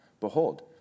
behold